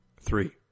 Three